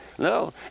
no